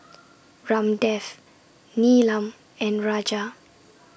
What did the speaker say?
Ramdev Neelam and Raja